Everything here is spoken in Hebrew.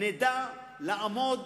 נדע לעמוד